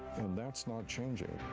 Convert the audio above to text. that's not changing.